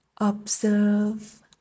observe